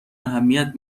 اهمیت